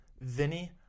Vinny